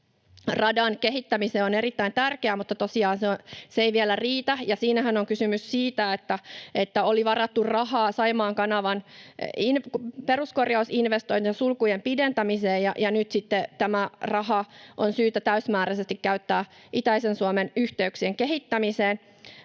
radan kehittämiseen on erittäin tärkeä, mutta tosiaan se ei vielä riitä, ja siinähän on kysymys siitä, että oli varattu rahaa Saimaan kanavan peruskorjausinvestointina sulkujen pidentämiseen, ja nyt sitten tämä raha on syytä täysmääräisesti käyttää itäisen Suomen yhteyksien kehittämiseen.